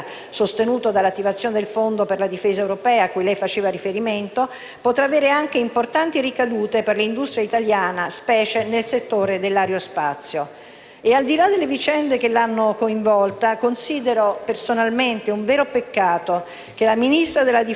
potrà avere anche importanti ricadute per l'industria italiana, specie nel settore dell'aerospazio. Al di là delle vicende che la hanno coinvolta, considero personalmente un vero peccato che la ministra della difesa francese Sylvie Goulard abbia dovuto rassegnare ieri le dimissioni, perché da